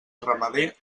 ramader